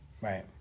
Right